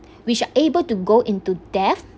which are able to go into depth